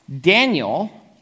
Daniel